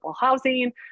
housing